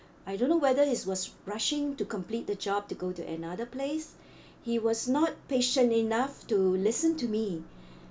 I don't know whether he was rushing to complete the job to go to another place he was not patient enough to listen to me